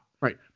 right